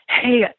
hey